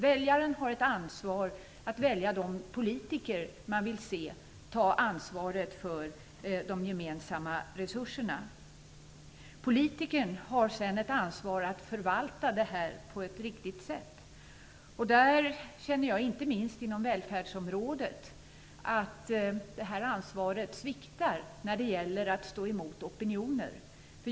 Väljaren har ett ansvar att välja de politiker man vill se ta ansvaret för de gemensamma resurserna. Politikern har sedan ett ansvar att förvalta det här på ett riktigt sätt. Jag känner inte minst inom välfärdsområdet att ansvaret sviktar när det gäller att stå emot opinioner.